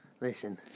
Listen